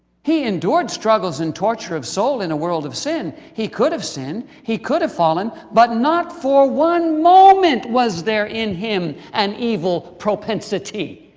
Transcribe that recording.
he endured struggles and torture of soul in a world of sin. he could have sinned, he could have fallen, but not for one moment was there in him an evil propensity.